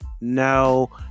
No